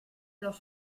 los